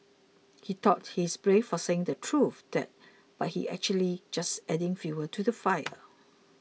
he thought he's brave for saying the truth but he's actually just adding fuel to the fire